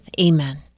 Amen